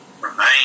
remain